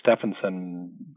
Stephenson